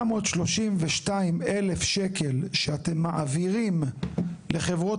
מגיעים ל-2,732,000 שאתם מעבירים לחברות